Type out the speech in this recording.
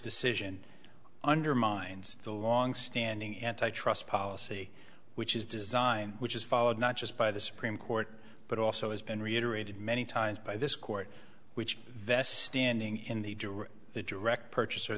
decision undermines the longstanding antitrust policy which is designed which is followed not just by the supreme court but also has been reiterated many times by this court which vests standing in the jury the direct purchaser